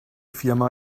firma